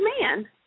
man